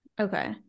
Okay